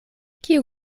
kiu